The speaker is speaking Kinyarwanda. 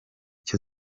cyo